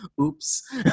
oops